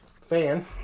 fan